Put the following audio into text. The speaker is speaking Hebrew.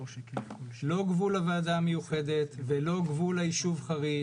לא גבול הוועדה המיוחדת ולא גבול היישוב חריש,